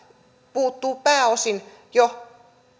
puuttuvat pääosin ne jo